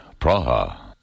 Praha